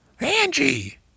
Angie